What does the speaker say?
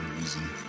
reason